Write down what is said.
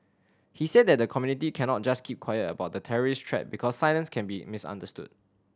he said that the community cannot just keep quiet about the terrorist threat because silence can be misunderstood